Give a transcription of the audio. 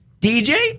DJ